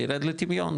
ירד לטמיון,